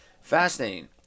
fascinating